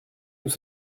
nous